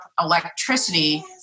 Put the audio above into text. electricity